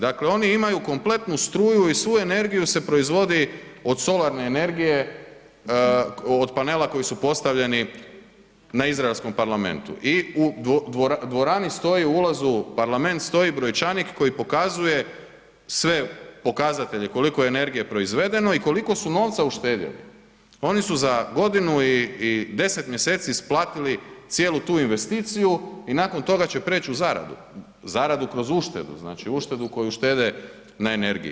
Dakle, oni imaju kompletnu struju i svu energiju se proizvodi od solarne energije, od panela koji su postavljeni na izraelskom parlamentu i u dvorani stoji, u ulazu u parlament stoji brojčanik koji pokazuje sve pokazatelje, koliko je energije proizvedeno i koliko su novca uštedjeli, oni su godinu i 10 mjeseci isplatili cijelu tu investiciju i nakon toga će preć u zaradu, zaradu kroz uštedu, znači uštedu koju štede na energiji.